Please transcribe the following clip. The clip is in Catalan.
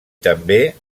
també